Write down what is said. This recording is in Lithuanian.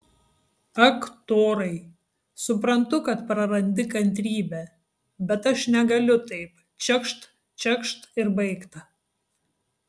ak torai suprantu kad prarandi kantrybę bet aš negaliu taip čekšt čekšt ir baigta